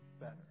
better